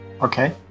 Okay